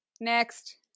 Next